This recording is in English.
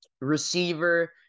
receiver